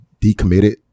decommitted